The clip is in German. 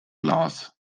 glas